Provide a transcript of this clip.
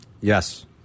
Yes